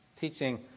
teaching